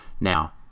Now